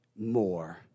more